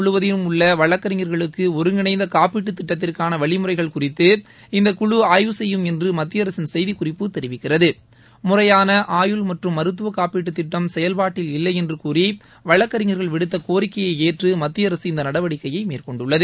முழுவதிலும் உள்ள வழக்கறிஞர்களுக்கு ஒருங்கிணைந்த காப்பீட்டுத் திட்டத்திற்காள நாடு வழிமுறைகள் குறித்து இந்த குழு ஆய்வு செய்யும் என்று மத்திய அரசின் செய்திக்குறிப்பு தெரிவிக்கிறது முறையான ஆயுள் மற்றம் மருத்துவக்காப்பீட்டுத் திட்டம் செயல்பாட்டில் இல்லை என்ற கூறி வழக்கறிஞர்கள் விடுத்த கோரிக்கையை ஏற்று மத்திய அரசு இந்த நடவடிக்கையை மேற்கொண்டுள்ளது